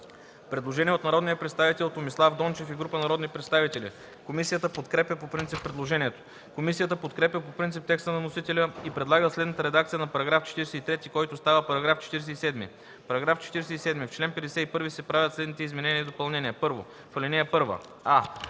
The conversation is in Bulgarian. Предложение от народния представител Томислав Дончев и група народни представители. Комисията подкрепя по принцип предложението. Комисията подкрепя по принцип текста на вносителя и предлага следната редакция на § 43, който става § 47: „§ 47. В чл. 51 се правят следните изменения и допълнения: 1. В ал. 1: а) в